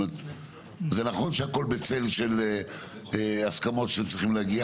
זה נכון שהכול בצל של הסכמות שצריך להגיע